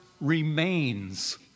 remains